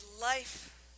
life